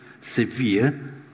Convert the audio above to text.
severe